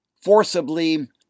forcibly